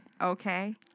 Okay